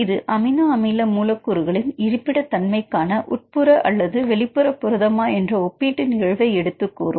இது அமினோ அமில மூலக்கூறுகளின் இருப்பிட தன்மைக்கான உட்புற அல்லது வெளிப்புற புரதமா என்ற ஒப்பீட்டு நிகழ்வை எடுத்துக் கூறும்